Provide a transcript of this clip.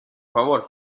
favor